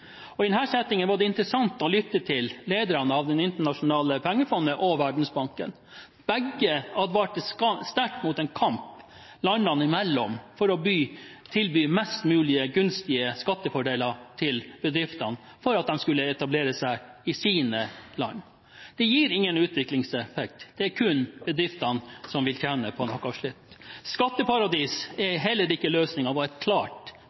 I den settingen var det interessant å lytte til lederne av Det internasjonale pengefondet og Verdensbanken. Begge advarte sterkt mot en kamp landene imellom for å tilby mest mulig gunstige skattefordeler til bedrifter for at de skal etablere seg i deres land. Det gir ingen utviklingseffekt, det er kun bedriftene som vil tjene på noe slikt. Skatteparadis er heller ikke løsningen, var et klart